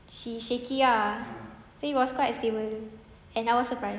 she shaky ah so it was quite stable and I was surprised